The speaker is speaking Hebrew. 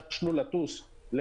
יש החלטה עקרונית כזו של